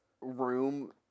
room